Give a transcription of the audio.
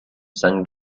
san